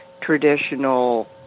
traditional